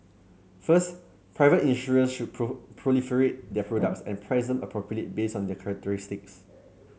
first private insurers should proliferate their products and price them appropriately based on their characteristics